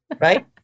right